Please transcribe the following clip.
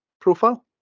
profile